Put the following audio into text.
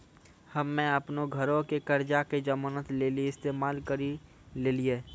हम्मे अपनो घरो के कर्जा के जमानत लेली इस्तेमाल करि लेलियै